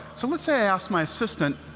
so let's say i asked my assistant,